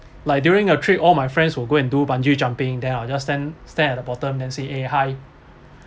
like during a trip all my friends will go and do bungee jumping then I was just stand stand at the bottom then say eh hi